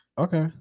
okay